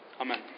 Amen